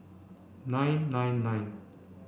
nine nine nine